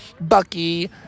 Bucky